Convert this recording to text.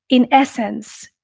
in essence,